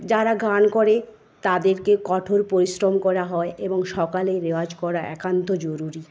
যারা গান করে তাদেরকে কঠোর পরিশ্রম করা হয় এবং সকালে রেওয়াজ করা একান্ত জরুরি